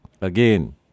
Again